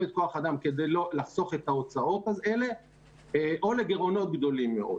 את כוח האדם כדי לחסוך את ההוצאות האלה או לגירעונות גדולים מאוד.